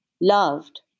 loved